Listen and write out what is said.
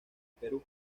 perú